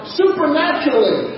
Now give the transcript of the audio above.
supernaturally